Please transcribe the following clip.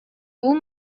бул